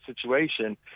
situation